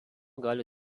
gali